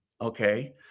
okay